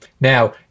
Now